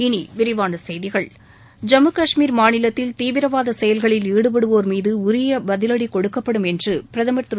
இனி விரிவான செய்திகள் ஜம்மு கஷ்மீர் மாநிலத்தில் தீவிரவாத செயல்களில் ஈடுபடுவோர் மீது உரிய பதிவடி கொடுக்கப்படும் என்று பிரதமர் திரு